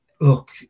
look